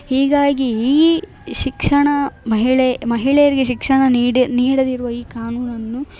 ಹೀಗಾಗಿ ಈ ಶಿಕ್ಷಣ ಮಹಿಳೆ ಮಹಿಳೆಯರಿಗೆ ಶಿಕ್ಷಣ ನೀಡ ನೀಡದಿರುವ ಈ ಕಾನೂನನ್ನು